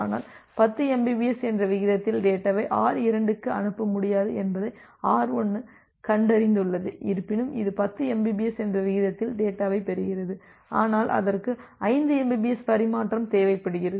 ஆனால் 10 mbps என்ற விகிதத்தில் டேட்டாவை R2 க்கு அனுப்ப முடியாது என்பதை R1 கண்டறிந்துள்ளது இருப்பினும் இது 10 mbps என்ற விகிதத்தில் டேட்டாவைப் பெறுகிறது ஆனால் அதற்கு 5 mbps பரிமாற்றம் தேவைப்படுகிறது